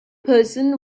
person